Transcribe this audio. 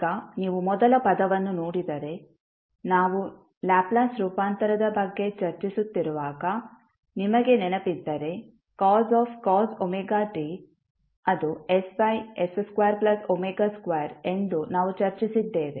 ಈಗ ನೀವು ಮೊದಲ ಪದವನ್ನು ನೋಡಿದರೆ ನಾವು ಲ್ಯಾಪ್ಲೇಸ್ ರೂಪಾಂತರದ ಬಗ್ಗೆ ಚರ್ಚಿಸುತ್ತಿರುವಾಗ ನಿಮಗೆ ನೆನಪಿದ್ದರೆ cos wt ⇔ss2w2 ಎಂದು ನಾವು ಚರ್ಚಿಸಿದ್ದೇವೆ